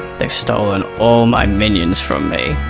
they've stolen all my minions from me.